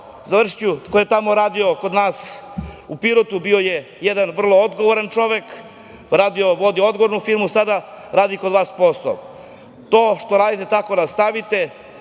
Ilića, koji je radio kod nas u Pirotu, bio je jedan vrlo odgovoran čovek, vodio je odgovornu firmu, sada radi kod vas posao. Kako radite tako i nastavite,